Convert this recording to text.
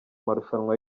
marushanwa